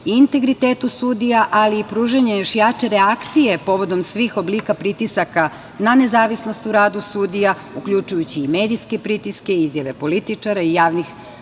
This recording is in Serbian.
integritetu sudija, ali i pružanju još jače reakcije povodom svih oblika pritisaka na nezavisnost u radu sudija, uključujući i medijske pritiske i izjave političara i javnih